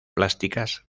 plásticas